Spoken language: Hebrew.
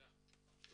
תודה.